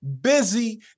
busy